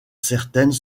certaines